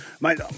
Mate